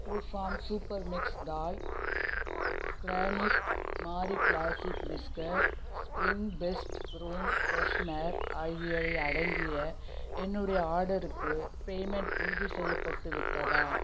Truefarm super mix dal Cremica Marie classic biscuit spring fest room freshener ஆகியவை அடங்கிய என்னுடைய ஆர்டருக்கு பேமெண்ட் உறுதிசெய்யப்பட்டுவிட்டதா